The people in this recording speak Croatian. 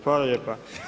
Hvala lijepa.